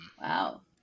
Wow